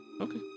Okay